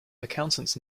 accountants